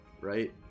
right